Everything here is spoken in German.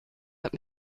hat